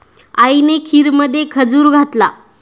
आईने खीरमध्ये खजूर घातला